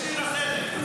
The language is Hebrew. יש עיר אחרת.